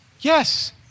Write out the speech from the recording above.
Yes